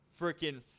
freaking